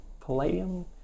palladium